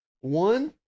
One